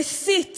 מסית